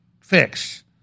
fix